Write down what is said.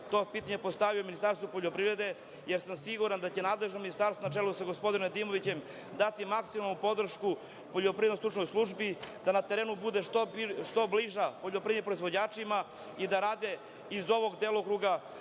to pitanje postavio Ministarstvu poljoprivrede, jer sam siguran da će nadležno ministarstvo, na čelu sa gospodinom Nedimovićem, dati maksimalnu podršku Poljoprivrednoj stručnoj službi da na terenu bude što bliža poljoprivrednim proizvođačima i da rade iz ovog delokruga